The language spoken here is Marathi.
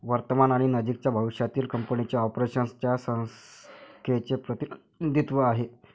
वर्तमान आणि नजीकच्या भविष्यातील कंपनीच्या ऑपरेशन्स च्या संख्येचे प्रतिनिधित्व आहे